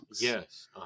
Yes